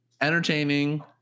entertaining